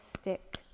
stick